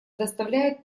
доставляет